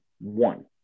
one